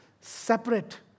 separate